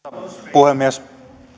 puhemies